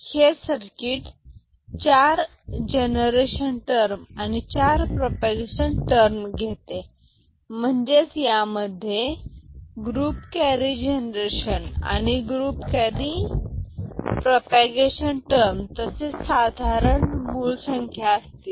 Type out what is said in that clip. हे सर्किट चार generation term आणि चार प्रोपागेशन टर्म घेते म्हणजे यामध्ये ग्रुप कॅरी जनरेशन आणि ग्रुप कॅरी प्रोपागेशन टर्म तसेच साधारण मूळ संख्या असतील